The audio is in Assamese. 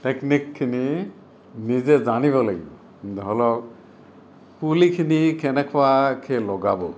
টেক্নিকখিনি নিজে জানিব লাগিব ধৰক পুলিখিনি কেনেকুৱাকে লগাব